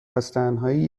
ازتنهایی